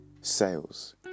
sales